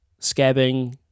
Scabbing